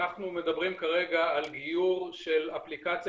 אנחנו מדברים כרגע על גיור של אפליקציה